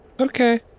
okay